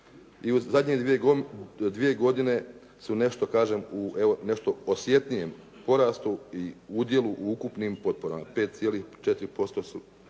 i u zadnje dvije godine su nešto kažem u nešto osjetnijem porastu i udjelu u ukupnim potporama 5,4% su